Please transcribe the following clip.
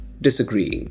disagreeing